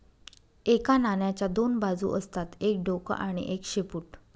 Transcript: एका नाण्याच्या दोन बाजू असतात एक डोक आणि एक शेपूट